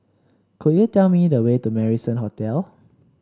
could you tell me the way to Marrison Hotel